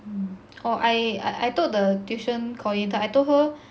mm oh I I I told the tuition coordinator I told her